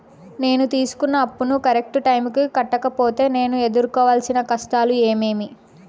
నేను తీసుకున్న అప్పును కరెక్టు టైముకి కట్టకపోతే నేను ఎదురుకోవాల్సిన కష్టాలు ఏమీమి?